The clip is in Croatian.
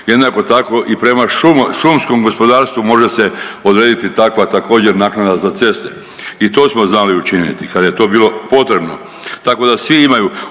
Jednako tako i prema šumskom gospodarstvu može se odrediti takva također naknada za ceste. I to smo znali učiniti kad je to bilo potrebno, tako da svi imaju.